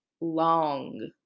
long